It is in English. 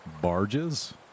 barges